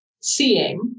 Seeing